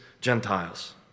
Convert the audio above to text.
Gentiles